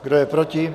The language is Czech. Kdo je proti?